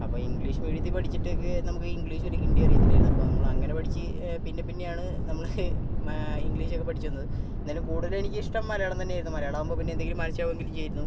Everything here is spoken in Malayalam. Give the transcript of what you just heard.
അപ്പം ഇംഗ്ലീഷ് മീഡിയത്തമ്ല് പഠിച്ചിട്ടൊക്കെ നമുക്ക് ഇംഗ്ലീഷ് ഒരു കിണ്ടിയും അറിയത്തില്ലായിരുന്നു അപ്പോൾ നമ്മൾ അങ്ങനെ പഠിച്ച് പിന്നെപ്പിന്നെയാണ് നമ്മൾ ഇംഗ്ലീഷൊക്കെ പഠിച്ച് വന്നത് എന്നാലും കൂടുതലും എനിക്കിഷ്ടം മലയാളം തന്നെ ആയിരുന്നു മലയാളം ആകുമ്പോൾ പിന്നെ എന്തെങ്കിലും മനസ്സിലാവുകയെങ്കിലും ചെയ്യുമായിരുന്നു